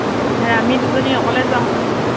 অঁ তেতিয়াহ'লে আমি দুজনী অকলে যোৱা হ'ব নে কি বাৰু